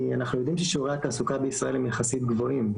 אנחנו יודעים ששיעורי התעסוקה בישראל הם יחסית גבוהים,